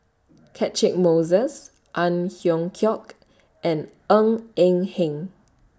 Catchick Moses Ang Hiong Chiok and Ng Eng Hen